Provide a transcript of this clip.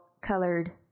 colored